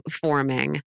forming